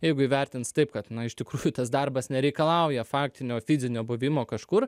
jeigu įvertins taip kad iš tikrųjų tas darbas nereikalauja faktinio fizinio buvimo kažkur